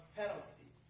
penalty